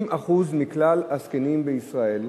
60% מכלל הזקנים בישראל,